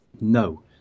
No